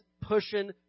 pushing